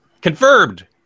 Confirmed